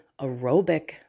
aerobic